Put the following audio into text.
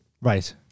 Right